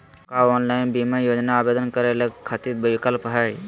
का ऑनलाइन बीमा योजना आवेदन करै खातिर विक्लप हई?